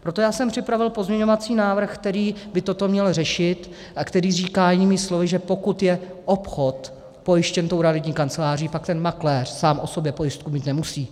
Proto jsem připravil pozměňovací návrh, který by toto měl řešit a který říká jinými slovy, že pokud je obchod pojištěn realitní kanceláří, tak makléř sám o sobě pojistku mít nemusí.